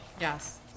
Yes